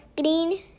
green